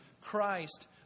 Christ